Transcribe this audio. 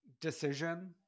decision